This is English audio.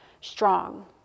strong